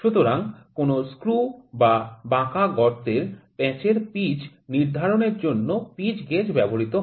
সুতরাং কোন স্ক্রু বা বাঁকা গর্তের প্যাঁচের পিচ নির্ধারণের জন্য পিচ গেজ ব্যবহৃত হয়